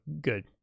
good